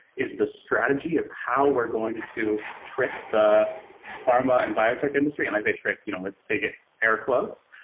is the strategy of how we're going to trick the pharma and biotech industry, and i say trick you know with big air quotes,